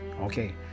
Okay